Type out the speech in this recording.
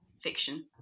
fiction